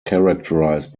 characterized